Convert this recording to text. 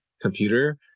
computer